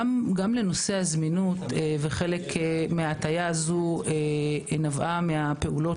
גם נושא הזמינות וחלק מההטיה הזאת נבעה מהפעולות